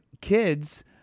kids